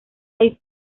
high